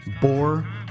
boar